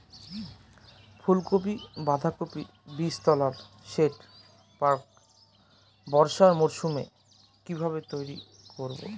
ফুলকপি বাধাকপির বীজতলার সেট প্রাক বর্ষার মৌসুমে কিভাবে তৈরি করব?